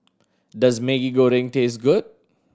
does Maggi Goreng taste good